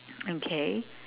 okay